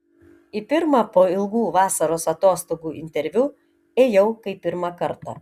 į pirmą po ilgų vasaros atostogų interviu ėjau kaip pirmą kartą